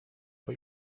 but